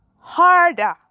harder